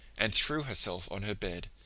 and threw herself on her bed,